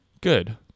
good